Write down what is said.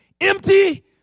Empty